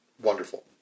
wonderful